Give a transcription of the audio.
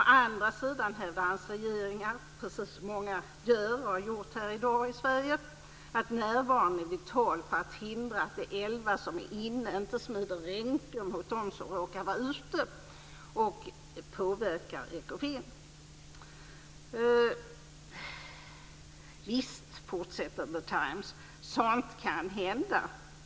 Å andra sidan hävdar hans regering, precis som många i Sverige gör och som många här i dag har gjort, att närvaron är vital för att hindra att de elva som är inne inte smider ränker gentemot dem som råkar stå utanför och påverkar Ekofin. Visst, sägs det vidare i The Times, sådant kan hända.